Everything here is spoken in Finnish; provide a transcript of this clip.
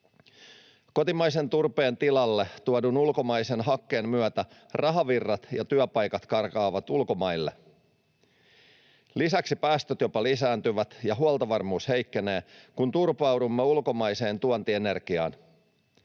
Kotimaisen turpeen tilalle tuodun ulkomaisen hakkeen myötä rahavirrat ja työpaikat karkaavat ulkomaille. Lisäksi päästöt jopa lisääntyvät ja huoltovarmuus heikkenee, kun turvaudumme ulkomaiseen tuontienergiaan.